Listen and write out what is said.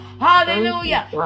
Hallelujah